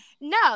No